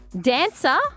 Dancer